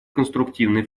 конструктивный